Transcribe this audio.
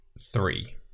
three